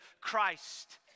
Christ